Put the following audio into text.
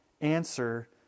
answer